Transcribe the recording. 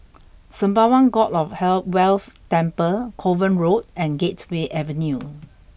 Sembawang God of hell Wealth Temple Kovan Road and Gateway Avenue